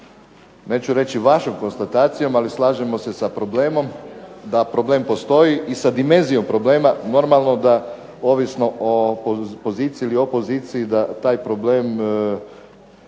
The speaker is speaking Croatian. neću reći vašom konstatacijom. Ali slažemo se sa problemom da problem postoji i sa dimenzijom problema normalno da ovisno o poziciji ili opoziciji da taj problem ili